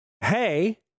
hey